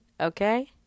Okay